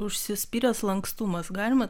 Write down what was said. užsispyręs lankstumas galima